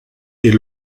est